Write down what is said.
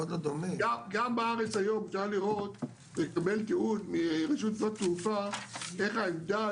גם בארץ היום אפשר לקבל תיעוד מרשות שדות התעופה איך העמדה